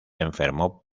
enfermó